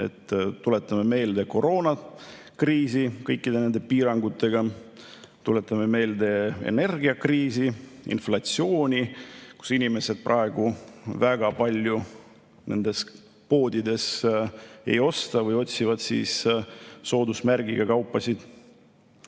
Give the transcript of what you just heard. Tuletame meelde koroonakriisi kõikide nende piirangutega, tuletame meelde energiakriisi, inflatsiooni, mille tõttu inimesed praegu väga palju poodides ei osta või otsivad soodusmärgiga kaupasid.